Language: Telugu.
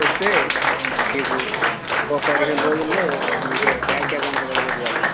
వస్తే మీకు ఒక పదిహేను రోజులలో మీకు బ్యాంక్ అకౌంట్లో పడేటట్టు చేద్దాం